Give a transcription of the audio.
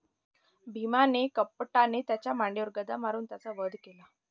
भीमाने कपटाने त्याच्या मांडीवर गदा मारून त्याचा वध केला